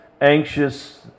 anxious